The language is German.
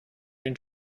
den